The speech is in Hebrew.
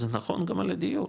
זה נכון גם על הדיור,